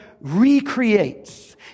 recreates